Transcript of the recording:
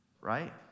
right